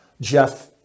jeff